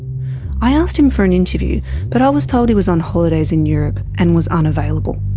i asked him for an interview but i was told he was on holidays in europe and was unavailable.